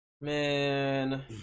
Man